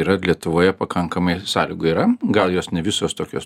yra lietuvoje pakankamai sąlygų yra gal jos ne visos tokios